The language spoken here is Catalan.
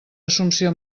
assumpció